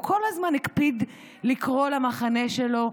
הוא כל הזמן הקפיד לקרוא למחנה שלו: